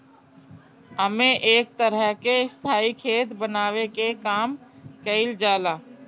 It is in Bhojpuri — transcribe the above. एमे एक तरह के स्थाई खेत बनावे के काम कईल जाला